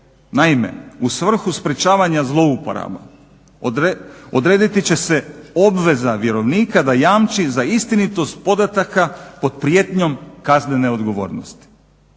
Naime, u svrhu sprječavanja zlouporaba odrediti će se obveza vjerovnika da jamči za istinitost podataka pod prijetnjom kaznene odgovornosti.